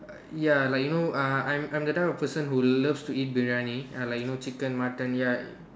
ya like you know uh I'm I'm that type of person who loves to eat biryani uh like you know chicken mutton ya